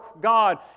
God